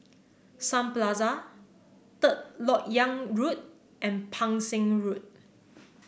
Sun Plaza Third LoK Yang Road and Pang Seng Road